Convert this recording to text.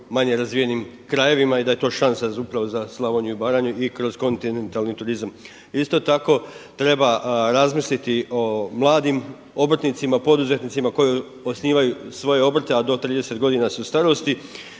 manje razvijenim krajevima i da je to šansa upravo za Slavoniju i Baranju i kroz kontinentalni turizam. Isto tako treba razmisliti o mladim obrtnicima, poduzetnicima koji osnivaju svoje obrte, a do 30 godina su starosti,